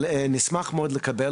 אבל אנחנו נשמח מאוד לקבל תשובות.